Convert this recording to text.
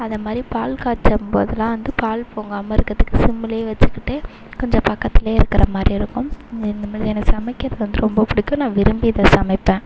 அது மாதிரி பால் காய்ச்சும் போதெல்லாம் வந்து பால் பொங்காமல் இருக்கறதுக்கு சிம்லேயே வச்சுக்கிட்டு கொஞ்சம் பக்கத்துலேயே இருக்கிற மாதிரி இருக்கும் இந்த மாதிரியான சமைக்கிறது வந்து ரொம்ப பிடிக்கும் நான் விரும்பி அதை சமைப்பேன்